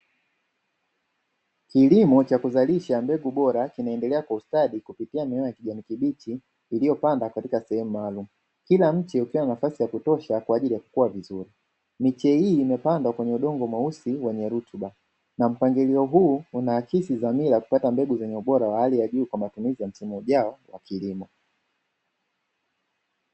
Kilimo cha kuzalisha mbegu bora, kinaendelea kwa ustadi kupitia mimea ya kijani kibichi iliopandwa katika sehemu maalum kila mti ukiwa na nafasi ya kutosha kwa ajili ya kukua vizuri. Miti hii imepandwa kwenye udongo mweusi wenye rutuba na mpangilio huu unakosa dhamira ya kupata mbegu bora kwa ajili ya msimu ujao wa kilimo.